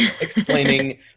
explaining